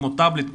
כמו טאבלט,